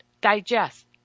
digest